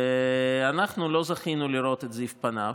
ואנחנו לא זכינו לראות את זיו פניו.